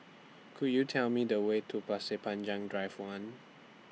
Could YOU Tell Me The Way to Pasir Panjang Drive one